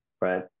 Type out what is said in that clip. right